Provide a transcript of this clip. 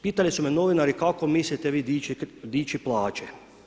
Pitali su me novinari kako mislite vi dići plaće.